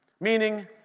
Meaning